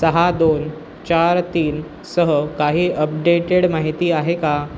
सहा दोन चार तीन सह काही अपडेटेड माहिती आहे का